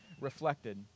reflected